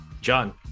john